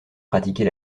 pratiquer